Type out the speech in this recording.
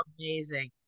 Amazing